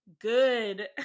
good